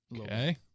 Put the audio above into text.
Okay